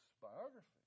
biography